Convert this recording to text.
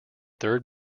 third